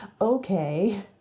Okay